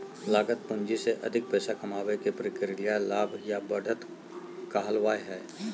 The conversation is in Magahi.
लागत पूंजी से अधिक पैसा कमाबे के प्रक्रिया लाभ या बढ़त कहलावय हय